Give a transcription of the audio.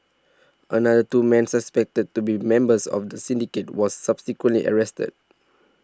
another two men suspected to be members of the syndicate was subsequently arrested